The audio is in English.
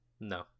No